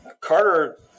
Carter